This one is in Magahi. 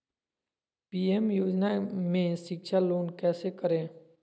पी.एम योजना में शिक्षा लोन कैसे करें?